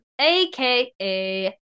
AKA